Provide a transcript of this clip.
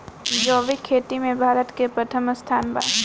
जैविक खेती में भारत के प्रथम स्थान बा